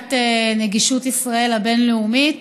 בוועידת נגישות ישראל הבין-לאומית